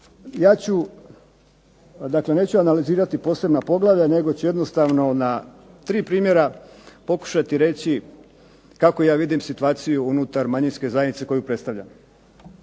Ja ću, dakle neću analizirati posebna poglavlja nego ću jednostavno na tri primjera pokušati reći kako ja vidim situaciju unutar manjinske zajednice koju predstavljam.